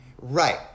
Right